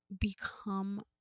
become